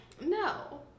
No